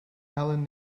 allen